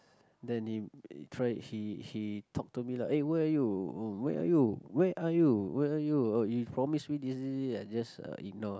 then he he tried he he talk to me lah eh where are you oh where are you where are you where are you oh he promise me this this this I just uh ignore ah